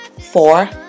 four